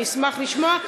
אני אשמח לשמוע.